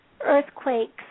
earthquakes